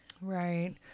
Right